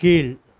கீழ்